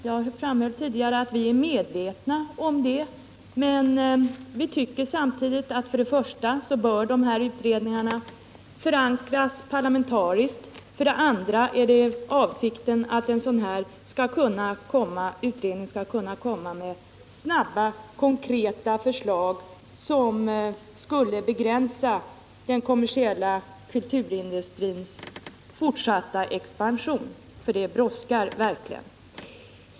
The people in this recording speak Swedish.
Jag framhöll tidigare att vi är medvetna om det, men vi tycker samtidigt att för det första bör de här utredningarna förankras parlamentariskt, och för det andra är det avsikten att en sådan utredning skall kunna komma med snabba konkreta förslag i syfte att begränsa den kommersiella kulturindustrins fortsatta expansion. Det brådskar verkligen.